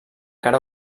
cara